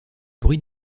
bruit